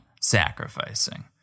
sacrificing